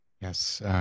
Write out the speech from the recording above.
yes